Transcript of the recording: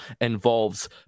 involves